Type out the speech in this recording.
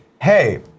hey